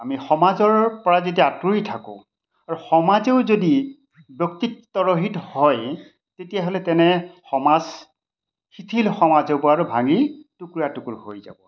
আমি সমাজৰ পৰা যেতিয়া আঁতৰি থাকোঁ আৰু সমাজেও যদি ব্যক্তিত্বৰহিত হয় তেতিয়াহ'লে তেনে সমাজ শিথিল সমাজৰ পৰাটো ভাঙি টুকুৰা টুকুৰ হৈ যাব